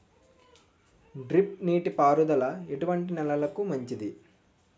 Drip నీటి పారుదల ఎటువంటి నెలలకు మంచిది?